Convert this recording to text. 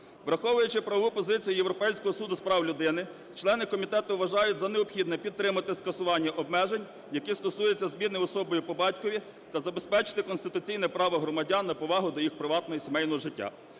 Враховуючи правову позицію Європейського Суду з прав людини, члени комітету вважають за необхідне підтримати скасування обмежень, які стосуються зміни особою по батькові та забезпечити конституційне право громадян на повагу до їх приватного і сімейного життя.